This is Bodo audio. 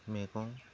मैगं